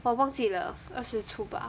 我忘记了二十处吧